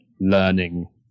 learning